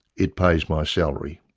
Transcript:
it pays my salary!